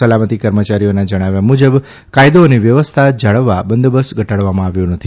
સલામતિ કર્મચારીઓના જણાવ્યા મુજબ કાયદો અને વ્યવસ્થા જાળવવા બંદોબસ્ત ઘટાડવામાં આવ્યો નથી